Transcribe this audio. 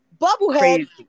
Bubblehead